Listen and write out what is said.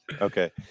Okay